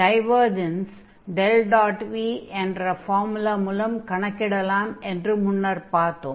டைவர்ஜன்ஸை ∇⋅v என்ற ஃபார்முலா மூலம் கணக்கிடலாம் என்று முன்னர் பார்த்தோம்